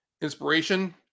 inspiration